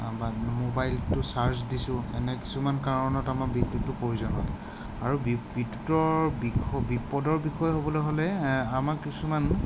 বা মোবাইলটো চাৰ্জ দিছোঁ এনে কিছুমান কাৰণত আমাক বিদ্যুৎটো প্ৰয়োজন হয় আৰু বি বিদ্যুতৰ বিস বিপদৰ বিষয়ে ক'বলৈ হ'লে আমাক কিছুমান